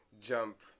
jump